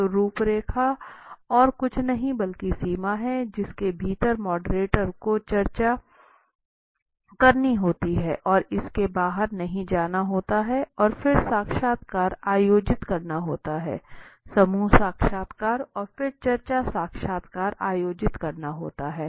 तो रूपरेखा और कुछ नहीं बल्कि सीमा है जिसके भीतर मॉडरेटर को चर्चा रखनी होती है और इससे बाहर नहीं जाना होता है और फिर साक्षात्कार आयोजित करना होता है समूह साक्षात्कार और फिर चर्चा साक्षात्कार आयोजित करना होता है